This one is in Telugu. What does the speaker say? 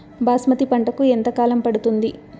బాస్మతి పంటకు ఎంత కాలం పడుతుంది?